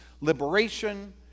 liberation